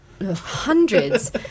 hundreds